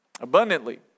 abundantly